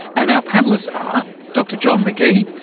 and our panellists are dr john mcghee,